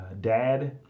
Dad